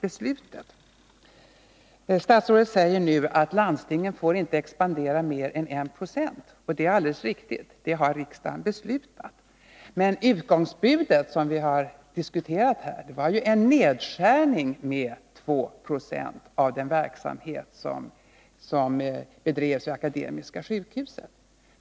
Statsrådet säger nu att landstingen inte får expandera mer än 1 96. Det är alldeles riktigt. Det har riksdagen beslutat. Men utgångspunkten, som vi har diskuterat här, var en nedskärning med 2 90 av den verksamhet som bedrevs vid Akademiska sjukhuset.